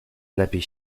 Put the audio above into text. lepiej